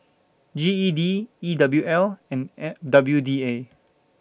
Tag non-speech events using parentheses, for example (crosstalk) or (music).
G E D E W L and (unintelligible) W D A